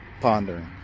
pondering